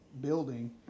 building